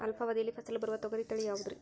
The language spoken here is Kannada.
ಅಲ್ಪಾವಧಿಯಲ್ಲಿ ಫಸಲು ಬರುವ ತೊಗರಿ ತಳಿ ಯಾವುದುರಿ?